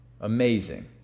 Amazing